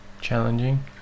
challenging